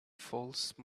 false